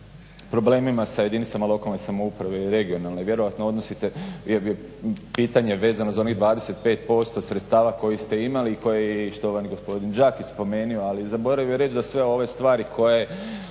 problemima sa jedinicama lokalne samouprave i regionalne, vjerojatno odnosite pitanje vezano za onih 25% sredstava koji ste imali i koji je štovani gospodin Đakić spomenuo ali je zaboravio reć da sve ove stvari koje